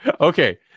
Okay